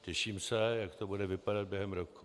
Těším se, jak to bude vypadat během roku.